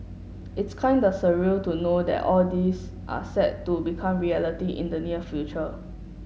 it's kinda surreal to know that all this are set to become reality in the near future